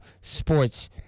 Sports